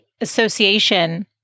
association